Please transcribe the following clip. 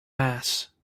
mass